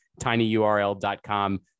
Tinyurl.com